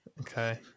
Okay